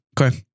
Okay